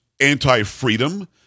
anti-freedom